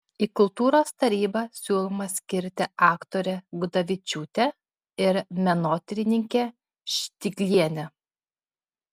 į kultūros tarybą siūloma skirti aktorę gudavičiūtę ir menotyrininkę ščiglienę